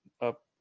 up